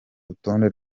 rutonde